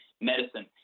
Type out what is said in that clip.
medicine